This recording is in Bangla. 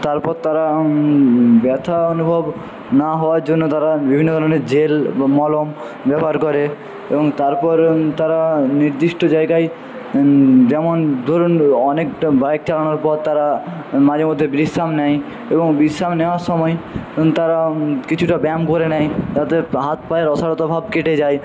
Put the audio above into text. তারপর তারা ব্যথা অনুভব না হওয়ার জন্য তারা বিভিন্ন ধরনের জেল বা মলম ব্যবহার করে এবং তারপর তারা নির্দিষ্ট জায়গায় যেমন ধরুন অনেকটা বাইক চালানোর পর তারা মাঝেমধ্যে বিশ্রাম নেয় এবং বিশ্রাম নেওয়ার সময় তারা কিছুটা ব্যায়াম করে নেয় অর্থাৎ হাত পায়ের অসাড়তা ভাব কেটে যায়